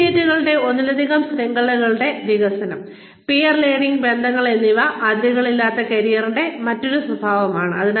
അസോസിയേറ്റുകളുടെ ഒന്നിലധികം ശൃംഖലകളുടെ വികസനം പിയർ ലേണിംഗ് ബന്ധങ്ങൾ എന്നിവ അതിരുകളില്ലാത്ത കരിയറിന്റെ മറ്റൊരു സ്വഭാവമാണ്